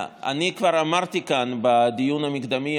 אני כבר אמרתי כאן בדיון המקדמי,